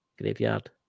graveyard